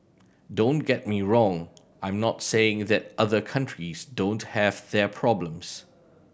don't get me wrong I'm not saying that other countries don't have their problems